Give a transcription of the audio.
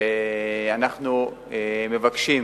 ואנחנו מבקשים